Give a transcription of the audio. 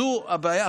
זו הבעיה.